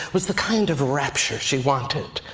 was the kind of rapture she wanted.